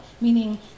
meaning